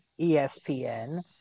ESPN